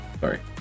Sorry